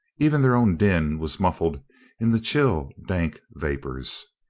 even their own din was muffled in the chill, dank vapors.